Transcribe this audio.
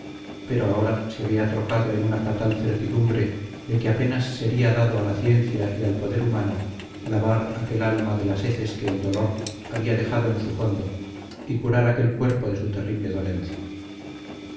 pero ahora se había trocado en una fatal certidumbre de que apenas sería dado a la ciencia y al poder humano lavar aquel alma de las heces que el dolor había dejado en su fondo y curar aquel cuerpo de su terrible dolencia